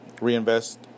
reinvest